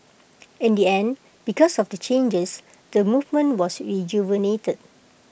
in the end because of the changes the movement was rejuvenated